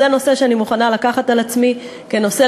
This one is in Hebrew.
זה נושא שאני מוכנה לקחת על עצמי כנושא